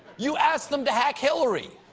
you asked them to hack hillary!